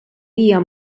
hija